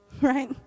Right